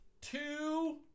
two